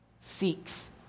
seeks